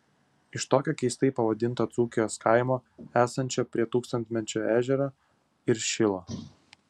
iš tokio keistai pavadinto dzūkijos kaimo esančio prie tūkstantmečio ežero ir šilo